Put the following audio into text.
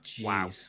Wow